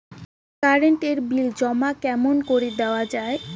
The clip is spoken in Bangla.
কারেন্ট এর বিল জমা কেমন করি দেওয়া যায়?